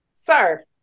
Sir